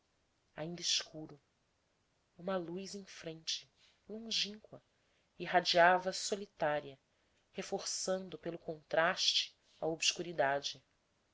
ainda escuro uma luz em frente longínqua irradiava solitária reforçando pelo contraste a obscuridade